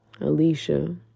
Alicia